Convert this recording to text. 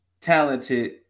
talented